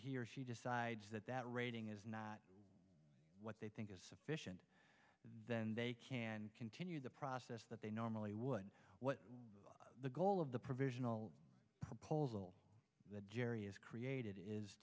he or she decides that that rating is not what they think is sufficient then they can continue the process that they normally would what the goal of the provisional proposal that gerri is created is